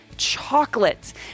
chocolate